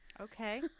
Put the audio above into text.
okay